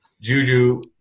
Juju